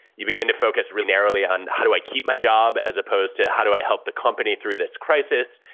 you begin to focus really narrowly on, how do i keep my job? as opposed to, how do i help the company through this crisis?